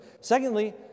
Secondly